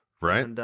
Right